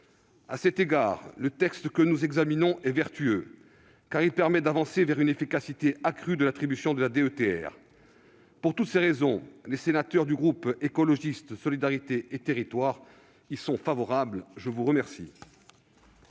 À cet égard, le texte que nous examinons est vertueux, car il permet d'avancer vers une efficacité accrue de l'attribution de la DETR. Pour toutes ces raisons, les sénateurs du groupe Écologiste-Solidarité et Territoires y sont favorables. La parole